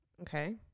Okay